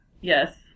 Yes